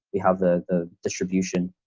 we have the distribution,